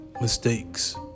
mistakes